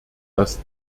dass